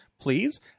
Please